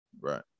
Right